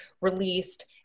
released